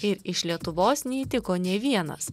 ir iš lietuvos neįtiko nė vienas